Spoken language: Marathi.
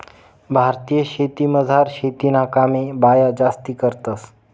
भारतीय शेतीमझार शेतीना कामे बाया जास्ती करतंस